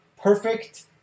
perfect